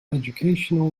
educational